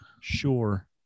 sure